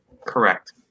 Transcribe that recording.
correct